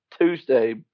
Tuesday